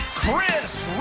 chris